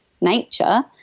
nature